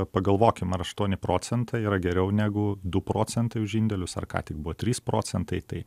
pagalvokim ar aštuoni procentai yra geriau negu du procentai už indėlius ar ką tik buvo trys procentai tai